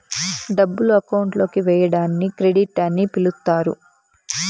డబ్బులు అకౌంట్ లోకి వేయడాన్ని క్రెడిట్ అని పిలుత్తారు